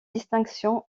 distinction